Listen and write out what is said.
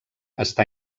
està